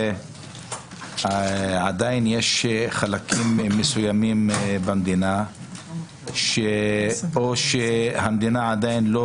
שעדין יש חלקים מסוימים במדינה שאו שהמדינה עדין לא